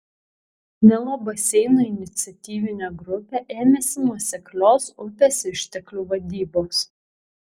nilo baseino iniciatyvinė grupė ėmėsi nuoseklios upės išteklių vadybos